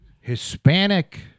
Hispanic